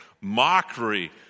Mockery